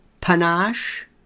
Panache